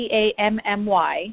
Tammy